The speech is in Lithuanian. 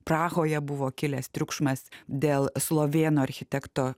prahoje buvo kilęs triukšmas dėl slovėno architekto